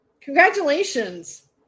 Congratulations